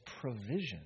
provision